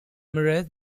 mirrors